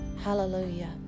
Hallelujah